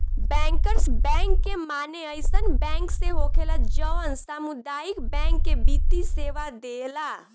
bankers bank के माने अइसन बैंक से होखेला जवन सामुदायिक बैंक के वित्तीय सेवा देला